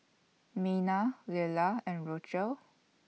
Mina Lela and Rochelle